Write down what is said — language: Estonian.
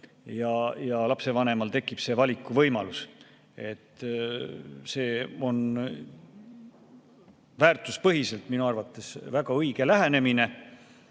ja lapsevanemal tekib see valikuvõimalus. See on väärtuspõhiselt minu arvates väga õige lähenemine